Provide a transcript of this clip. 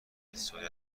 بسیاری